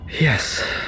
Yes